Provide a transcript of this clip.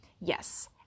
Yes